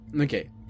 Okay